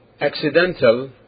accidental